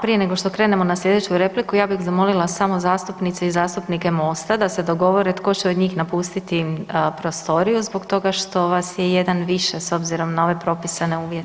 Prije nego što krenemo na sljedeću repliku, ja bih zamolila samo zastupnice i zastupnice i zastupnike Mosta da se dogovore tko će od njih napustiti prostoriju zbog toga što vas je jedan više, s obzirom na ove propisane uvjete.